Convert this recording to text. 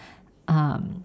um